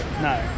No